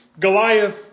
Goliath